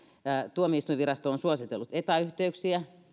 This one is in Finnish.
tuomioistuinvirasto on suositellut etäyhteyksiä